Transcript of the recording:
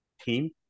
team